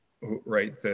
right